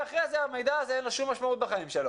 ואחרי זה אין שום משמעות למידע הנרכש.